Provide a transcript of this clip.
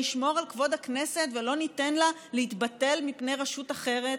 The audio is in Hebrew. נשמור על כבוד הכנסת ולא ניתן לה להתבטל מפני רשות אחרת?